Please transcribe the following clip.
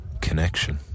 Connection